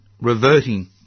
reverting